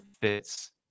fits